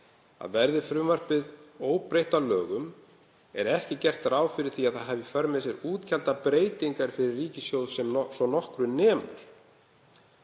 að verði frumvarpið óbreytt að lögum sé ekki gert ráð fyrir því að það hafi í för með sér útgjaldabreytingar fyrir ríkissjóð sem svo nokkru nemur.